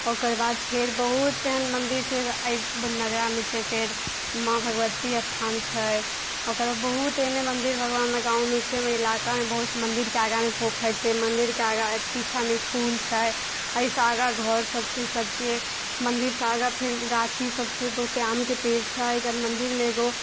ओकरबाद फेर बहूत एहन मन्दिर छै अइ बननगरामे छै फेर माँ भगवत्ती स्थान छइ ओकर बहुत एहने मन्दिर भगवान हमरा गावँमे छै हमर इलाकामे छै बहुत मन्दिरके आगाँमे पोखरि छै मन्दिरके आगाँ पीछामे इसकुल छइ एहिसँ आगा घरसब छै सबके मन्दिरसँ आगा फिर गाछी सब छै बहुते आमके पेड़ छइ मन्दिरमे एगो